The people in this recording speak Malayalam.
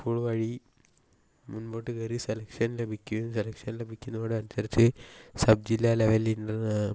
സ്കൂളുവഴി മുൻപോട്ട് കയറി സെലെക്ഷൻ ലഭിക്കുകയും സെലക്ഷൻ ലഭിക്കുന്നതോടെ അനുസരിച്ച് സബ് ജില്ലാ ലെവലിൽ ഇൻ്റർനാ